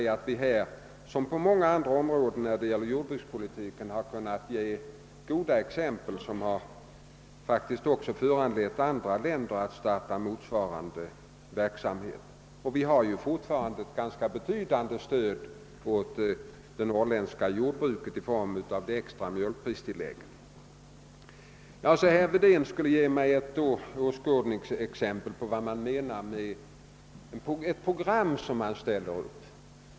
Där som på många andra områden i jordbrukspolitiken har vi faktiskt framstått som ett gott exempel, och flera andra länder har startat motsvarande verksamhet. Vi ger också fortfarande ett ganska betydande stöd till det norrländska jordbruket i form av ett extra mjölkpristillägg. Så ville herr Wedén ge mig ett åskådningsexempel på vad som menas med ett uppställt program.